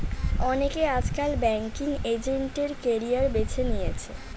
অনেকে আজকাল banking agent এর ক্যারিয়ার বেছে নিচ্ছে